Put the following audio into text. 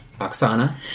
Oksana